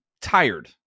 tired